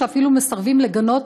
שאפילו מסרבים לגנות